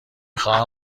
خواهم